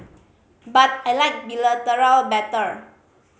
but I like bilateral better